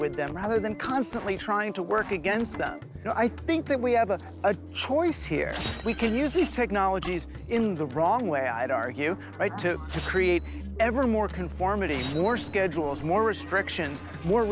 with the rather than constantly trying to work against them i think that we have a choice here we can use these technologies in the wrong way i'd argue right to create ever more conformity more schedules more restrictions more